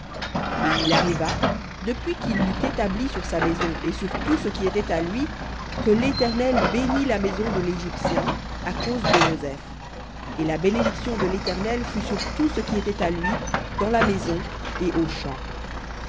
et il arriva depuis qu'il l'eut établi sur sa maison et sur tout ce qui était à lui que l'éternel bénit la maison de l'égyptien à cause de joseph et la bénédiction de l'éternel fut sur tout ce qui était à lui dans la maison et aux champs